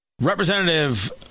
Representative